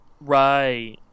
Right